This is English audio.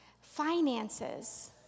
finances